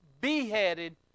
beheaded